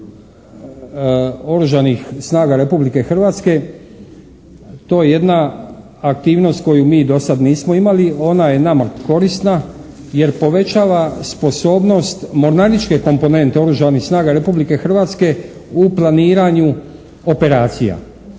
Oružanih snaga Republike Hrvatske. To je jedna aktivnost koju mi dosad nismo imali, ona je nama korisna jer povećava sposobnost mornaričke komponente Oružanih snaga Republike Hrvatske u planiranju operacija.